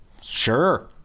Sure